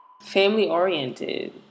Family-oriented